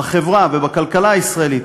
בחברה ובכלכלה הישראלית,